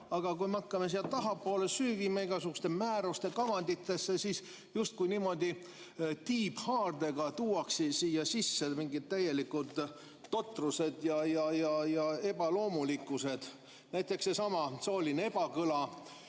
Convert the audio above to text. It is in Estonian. aga kui me hakkame siia tahapoole süüvima, igasuguste määruste kavanditesse, siis näeme, et justkui niimoodi tiibhaardega tuuakse siia sisse mingid täielikud totrused ja ebaloomulikkused. Näiteks seesama sooline ebakõla.